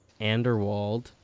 Anderwald